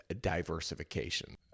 diversification